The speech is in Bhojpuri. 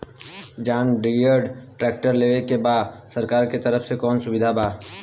जॉन डियर ट्रैक्टर लेवे के बा सरकार के तरफ से कौनो सुविधा बा?